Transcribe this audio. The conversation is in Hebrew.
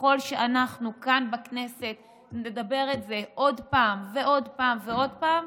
וככל שאנחנו כאן בכנסת נדבר על זה עוד פעם ועוד פעם ועוד פעם,